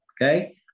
Okay